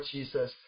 Jesus